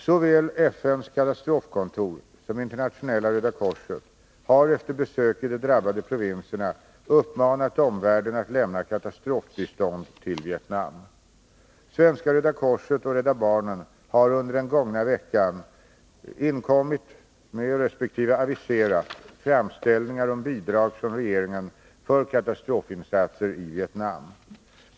Såväl FN:s katastrofkontor som Internationella röda korset har efter besök i de drabbade provinserna uppmanat omvärlden att lämna katastrofbistånd till Vietnam. Svenska röda korset och Rädda barnen har under den gångna veckan inkommit med resp. aviserat framställningar om bidrag från regeringen för katastrofinsatser i Vietnam.